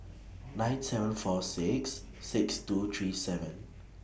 nine seven four six six two three seven